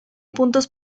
puntos